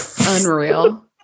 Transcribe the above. Unreal